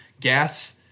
gas